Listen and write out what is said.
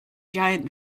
giant